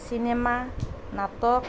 cinema নাটক